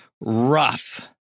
Rough